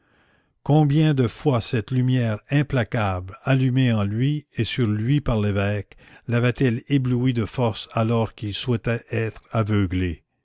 combien de fois cette lumière implacable allumée en lui et sur lui par l'évêque l'avait-elle ébloui de force alors qu'il souhaitait être aveuglé